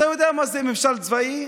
אתה יודע מה זה ממשל צבאי?